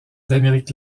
d’amérique